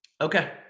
Okay